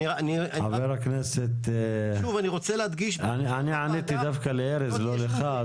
אני רוצה להדגיש -- דווקא עניתי לארז, לא לך.